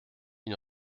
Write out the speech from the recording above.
une